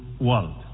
world